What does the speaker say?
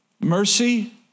mercy